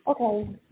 Okay